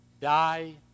die